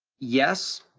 yes,